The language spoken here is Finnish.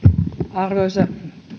arvoisa